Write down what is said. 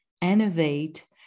innovate